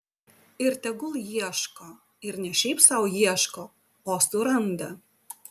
ir tegul ieško ir ne šiaip sau ieško o suranda